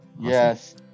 yes